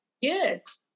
Yes